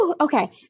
Okay